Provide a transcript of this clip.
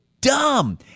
dumb